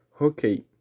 Okay